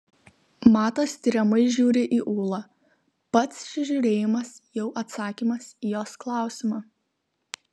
matas tiriamai žiūri į ūlą pats šis žiūrėjimas jau atsakymas į jos klausimą